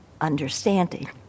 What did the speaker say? understanding